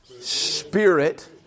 Spirit